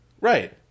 Right